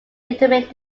determined